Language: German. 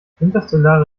interstellare